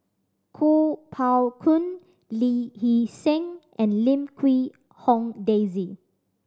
Kuo Pao Kun Lee Hee Seng and Lim Quee Hong Daisy